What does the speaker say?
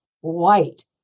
white